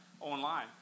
online